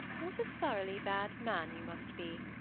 what a thoroughly bad man you must be!